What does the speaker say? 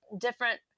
different